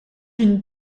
une